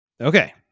Okay